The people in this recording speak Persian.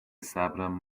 صبرم